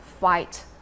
fight